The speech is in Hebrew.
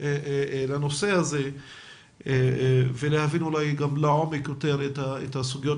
לנושא ולהבין אולי יותר לעומק את הסוגיות